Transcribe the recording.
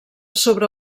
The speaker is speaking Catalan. sobre